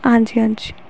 ਹਾਂਜੀ ਹਾਂਜੀ